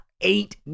eight